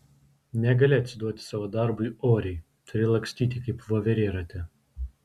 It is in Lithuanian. negali atsiduoti savo darbui oriai turi lakstyti kaip voverė rate